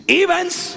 events